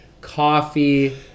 coffee